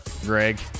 Greg